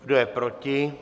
Kdo je proti?